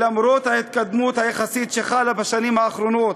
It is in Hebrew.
למרות ההתקדמות היחסית שחלה בשנים האחרונות,